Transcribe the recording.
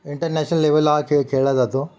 international लेवलला हा खेळ खेळला जातो